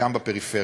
גם בפריפריה.